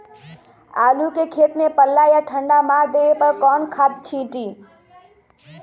आलू के खेत में पल्ला या ठंडा मार देवे पर कौन खाद छींटी?